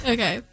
Okay